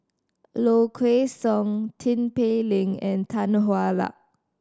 Low Kway Song Tin Pei Ling and Tan Hwa Luck